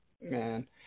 Man